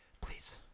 Please